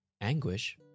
Anguish